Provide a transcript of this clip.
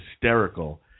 hysterical